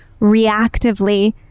reactively